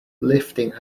lifting